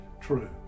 true